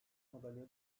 madalya